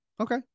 Okay